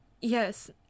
Yes